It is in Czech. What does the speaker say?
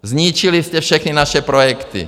Zničili jste všechny naše projekty.